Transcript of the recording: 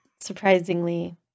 surprisingly